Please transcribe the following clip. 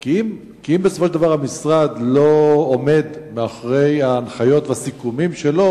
כי אם בסופו של דבר המשרד לא עומד מאחורי ההנחיות והסיכומים שלו,